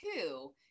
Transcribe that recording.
two